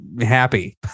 happy